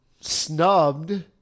snubbed